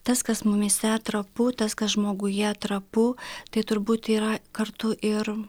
tas kas mumyse trapu tas kas žmoguje trapu tai turbūt yra kartu ir